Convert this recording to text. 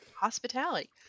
hospitality